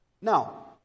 Now